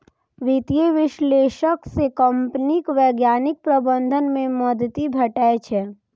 वित्तीय विश्लेषक सं कंपनीक वैज्ञानिक प्रबंधन मे मदति भेटै छै